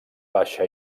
baixa